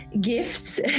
gifts